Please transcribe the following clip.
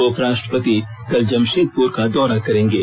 उपराष्ट्रपति कल जमषेदपुर का दौरा करेंगे